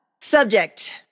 Subject